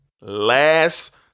last